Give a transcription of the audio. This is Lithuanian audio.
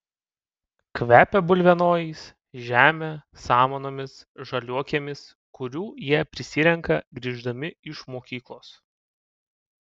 kvepia bulvienojais žeme samanomis žaliuokėmis kurių jie prisirenka grįždami iš mokyklos